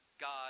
God